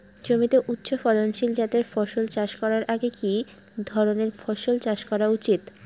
জমিতে উচ্চফলনশীল জাতের ফসল চাষ করার আগে কি ধরণের ফসল চাষ করা উচিৎ?